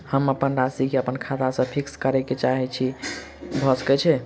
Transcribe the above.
हम अप्पन राशि केँ अप्पन खाता सँ फिक्स करऽ चाहै छी भऽ सकै छै?